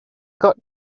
got